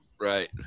Right